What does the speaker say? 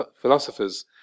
philosophers